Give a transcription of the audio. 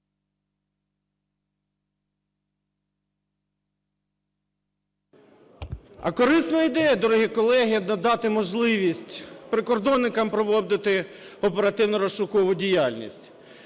А корисна ідея, дорогі колеги: надати можливість прикордонникам проводити оперативно-розшукову діяльність.